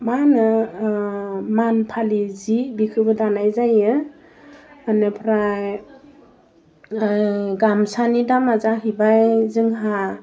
मा होनो मान फालि जि बेखौबो दानाय जायो बिनिफ्राय गामसानि दामा जाहैबाय जोंहा